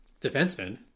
Defenseman